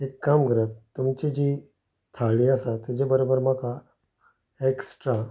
एक काम करात तुमचे जी थाळी आसा तेज्या बराबर म्हाका एकस्ट्रा